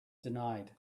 denied